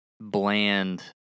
bland